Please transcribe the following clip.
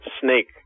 snake